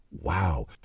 Wow